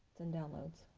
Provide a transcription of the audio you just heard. in downloads.